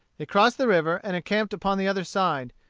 they crossed the river and encamped upon the other side,